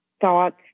thoughts